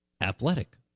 athletic